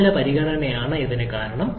താപനില പരിഗണനയാണ് ഇതിന് കാരണം